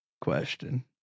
question